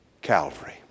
Calvary